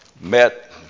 met